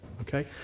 okay